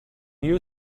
you